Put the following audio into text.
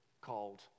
called